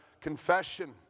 confession